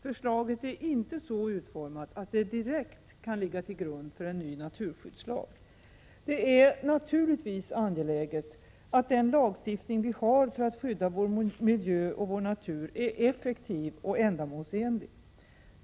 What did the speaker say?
Förslaget är inte så utformat att det direkt kan ligga till grund för en ny naturskyddslag. Det är naturligtvis angeläget att den lagstiftning vi har för att skydda vår miljö och vår natur är effektiv och ändamålsenlig.